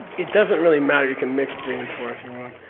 it doesn't really matter you can mix three and four if you want,